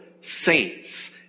saints